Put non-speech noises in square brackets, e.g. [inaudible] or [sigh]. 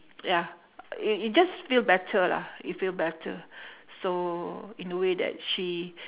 ya y~ you just feel better lah you feel better [breath] so in a way that she